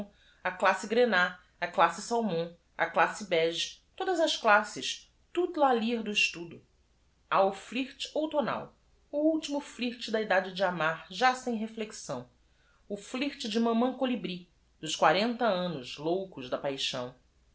classe grenat a classe salmon a classe beije todas as classes toute la lyre do estudo a o flirt outonal o u l t i m o flirt da idade de amar já sem reflexão o flirt de a m a n olibri dos quarenta annos loncos da paixão